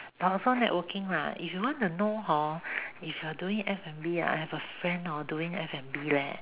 but also networking lah if you want to know hor if you're doing F_N_B I have a friend hor doing F-and-B leh